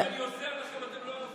גם כשאני עוזר לכם אתם לא אוהבים?